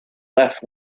left